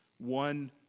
One